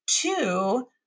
Two